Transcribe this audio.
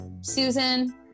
Susan